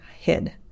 hid